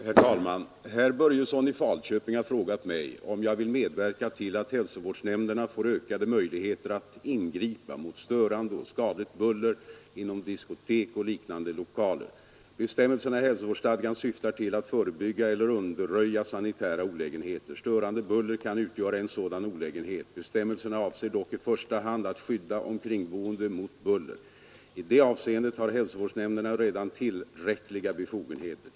Herr talman! Herr Börjesson i Falköping har frågat mig om jag vill medverka till att hälsovårdsnämnderna får ökade möjligheter att ingripa mot störande och skadligt buller inom diskotek och liknande lokaler. Bestämmelserna i hälsovårdsstadgan syftar till att förebygga eller undanröja sanitära olägenheter. Störande buller kan utgöra en sådan olägenhet. Bestämmelserna avser dock i första hand att skydda omkringboende mot buller. I det avseendet har hälsovårdsnämnderna redan tillräckliga befogenheter.